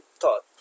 thought